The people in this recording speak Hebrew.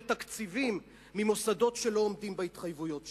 תקציבים ממוסדות שלא עומדים בהתחייבויות שלהם.